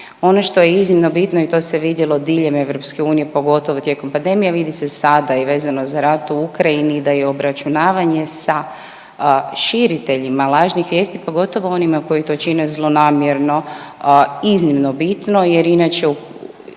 Ono što je iznimno bitno i to se vidjelo diljem EU pogotovo tijekom pandemije vidi se sada i vezano za rat u Ukrajini da i obračunavanje sa širiteljima lažnih vijesti pogotovo onima koji to čine zlonamjerno iznimno bitno jer inače